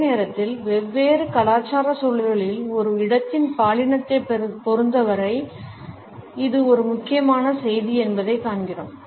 அதே நேரத்தில் வெவ்வேறு கலாச்சார சூழல்களில் ஒரு இடத்தின் பாலினத்தைப் பொருத்தவரை இது ஒரு முக்கியமான செய்தி என்பதைக் காண்கிறோம்